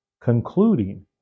Concluding